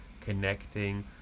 connecting